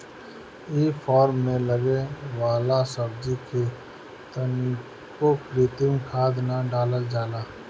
इ फार्म में उगे वाला सब्जी में तनिको कृत्रिम खाद ना डालल जाला